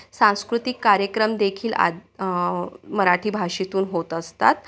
सांस्कृतिक कार्यक्रम देखील आ मराठी भाषेतून होत असतात